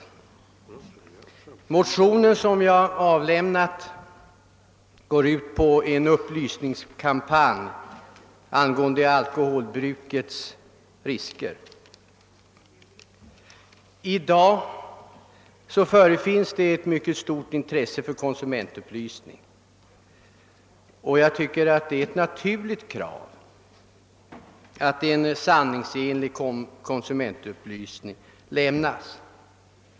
I motionen yrkas att riksdagen måtte anvisa 2 miljoner kronor för en upplysningskampanj angående alkoholbrukets risker. I dag finns det ett mycket stort intresse för konsumentupplysning, och jag tycker att det är ett naturligt krav att en sanningsenlig konsumentupplysning lämnas.